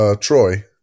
Troy